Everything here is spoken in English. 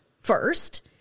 first